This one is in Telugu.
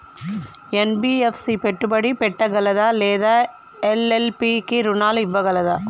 ఎన్.బి.ఎఫ్.సి పెట్టుబడి పెట్టగలదా లేదా ఎల్.ఎల్.పి కి రుణాలు ఇవ్వగలదా?